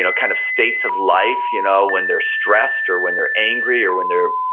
you know kind of states of life. you know when they're stressed or when they're angry or when they're,